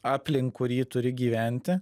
aplink kurį turi gyventi